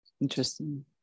Interesting